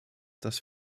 das